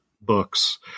books